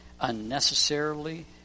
unnecessarily